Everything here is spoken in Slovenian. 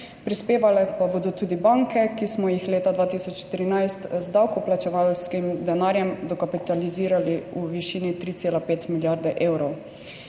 prispevale pa bodo tudi banke, ki smo jih leta 2013 z davkoplačevalskim denarjem dokapitalizirali v višini 3,5 milijarde evrov.